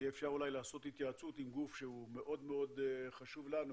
יהיה אפשר אולי לעשות התייעצות עם גוף שהוא מאוד מאוד חשוב לנו,